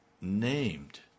named